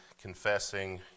confessing